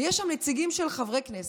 ויש שם נציגים של חברי כנסת,